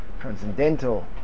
transcendental